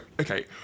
okay